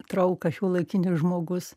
trauką šiuolaikinis žmogus